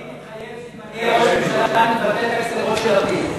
אני מתחייב שאם אני אהיה ראש ממשלה אני אבטל את הגזירות של לפיד.